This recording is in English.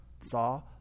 saw